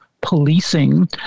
policing